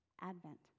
Advent